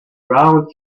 rounds